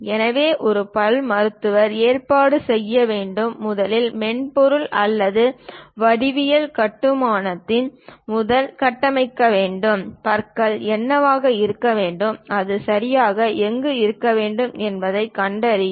எனவே ஒரு பல் மருத்துவர் ஏற்பாடு செய்ய வேண்டும் முதலில் மென்பொருள் அல்லது வடிவியல் கட்டுமானத்தின் மூலம் கட்டமைக்க வேண்டும் பற்கள் என்னவாக இருக்க வேண்டும் அது சரியாக எங்கு இருக்க வேண்டும் என்பதைக் கண்டறியவும்